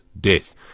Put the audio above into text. death